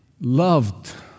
loved